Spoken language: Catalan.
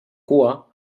cua